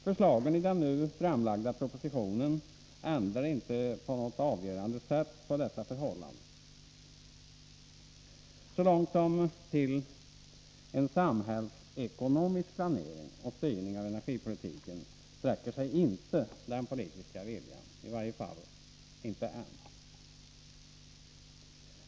Förslagen i den nu framlagda propositionen ändrar inte på något avgörande sätt på dessa förhållanden. Så långt som till en samhällsekonomisk planering och styrning av energipolitiken sträcker sig inte den politiska viljan — i varje fall inte ännu.